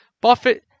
Buffett